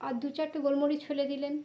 আর দু চারটে গোলমরিচ ফেলে দিলেন